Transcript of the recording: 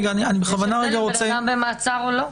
יש הבדל אם אדם נמצא במעצר או לא.